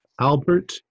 Albert